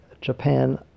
Japan